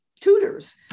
tutors